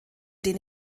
den